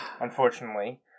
unfortunately